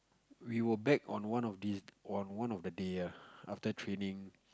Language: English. we will bag on one of these on one of the day ah after training